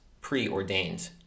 preordained